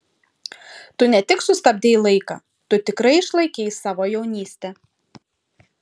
tu ne tik sustabdei laiką tu tikrai išlaikei savo jaunystę